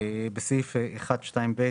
בסעיף 1(2)(ב),